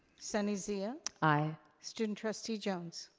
sunny zia. aye. student trustee jones.